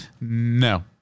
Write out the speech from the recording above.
No